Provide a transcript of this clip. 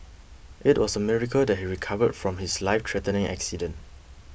it was a miracle that he recovered from his lifethreatening accident